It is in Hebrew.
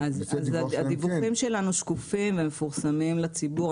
הדיווחים שלנו שקופים ומפורסמים לציבור.